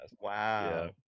Wow